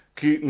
que